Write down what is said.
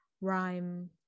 rhyme